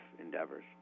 endeavors